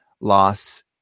loss